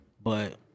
but-